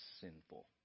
sinful